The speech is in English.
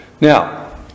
Now